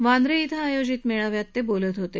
वांद्रे येथे आयोजित मेळाव्यात ते बोलत होते